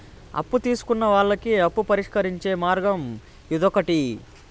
అప్పు తీసుకున్న వాళ్ళకి అప్పు పరిష్కరించే మార్గం ఇదొకటి